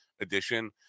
edition